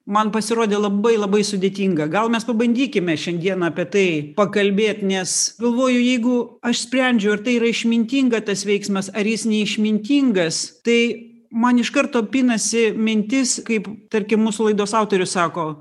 man pasirodė labai labai sudėtinga gal mes pabandykime šiandieną apie tai pakalbėt nes galvoju jeigu aš sprendžiu ar tai yra išmintinga tas veiksmas ar jis neišmintingas tai man iš karto pinasi mintis kaip tarkim mūsų laidos autorius sako